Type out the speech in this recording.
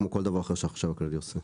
כמו כל דבר אחר שהחשב הכללי עושה.